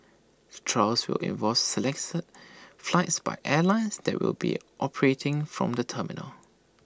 the trials will involve selected flights by airlines that will be operating from the terminal